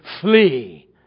flee